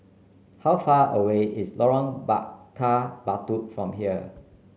how far away is Lorong Bakar Batu from here